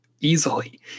easily